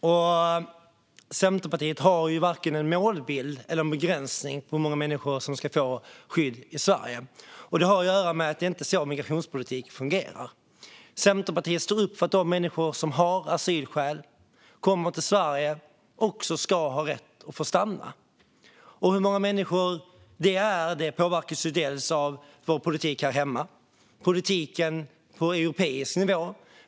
Fru talman! Centerpartiet har varken en målbild eller en begränsning när det gäller hur många människor som ska få skydd i Sverige. Det har att göra med att det inte är så migrationspolitik fungerar. Centerpartiet står upp för att de människor som har asylskäl och kommer till Sverige också ska ha rätt att få stanna. Hur många människor det är påverkas dels av vår politik här hemma, dels av politiken på europeisk nivå.